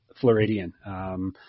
Floridian